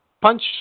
punch